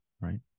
Right